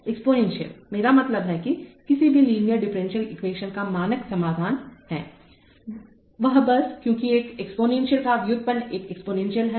एक्सपोनेंशियलमेरा मतलब है कि किसी भी लीनियर डिफरेंशियल एक्वेशन का मानक समाधान है वह बस क्योंकि एक एक्सपोनेंशियल का व्युत्पन्न एक एक्सपोनेंशियल है